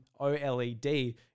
OLED